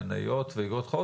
מניות ואג"ח.